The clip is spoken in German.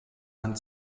ein